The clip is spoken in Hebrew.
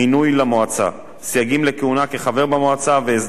סייגים לכהונה כחבר במועצה והסדרים לעניין סיום הכהונה.